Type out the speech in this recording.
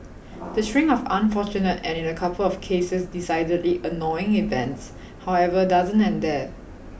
the string of unfortunate and in a couple of cases decidedly annoying events however doesn't end there